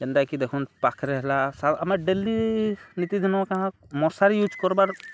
ଯେନ୍ତାକି ଦେଖୁନ୍ ପାଖରେ ହେଲା ଆମେ ଡେଲି ନିତି ଦିନ୍ କା'ଣା ମଶାରୀ ୟୁଜ୍ କର୍ବାର୍